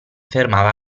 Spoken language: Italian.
fermava